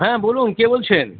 হ্যাঁ বলুন কে বলছেন